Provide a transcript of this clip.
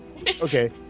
Okay